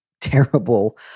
terrible